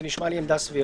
זה נשמע לי עמדה סבירה.